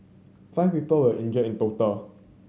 five people were injured in total